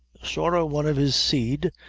sorra one of his seed,